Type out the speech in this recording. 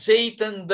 Satan